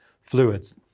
fluids